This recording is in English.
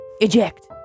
Eject